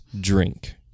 drink